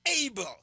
able